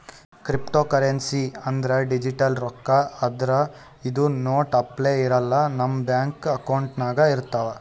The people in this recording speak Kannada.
ಕ್ರಿಪ್ಟೋಕರೆನ್ಸಿ ಅಂದ್ರ ಡಿಜಿಟಲ್ ರೊಕ್ಕಾ ಆದ್ರ್ ಇದು ನೋಟ್ ಅಪ್ಲೆ ಇರಲ್ಲ ನಮ್ ಬ್ಯಾಂಕ್ ಅಕೌಂಟ್ನಾಗ್ ಇರ್ತವ್